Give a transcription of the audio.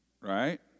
Right